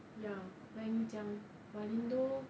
ya like 你讲 Malindo